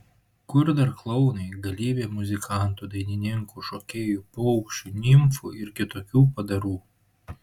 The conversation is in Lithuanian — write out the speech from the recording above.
kur dar klounai galybė muzikantų dainininkų šokėjų paukščių nimfų ir kitokių padarų